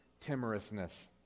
timorousness